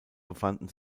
befanden